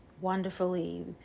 wonderfully